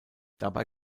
dabei